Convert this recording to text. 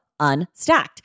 Unstacked